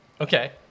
Okay